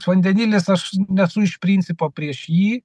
vandenilis aš nesu iš principo prieš jį